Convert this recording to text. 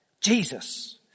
Jesus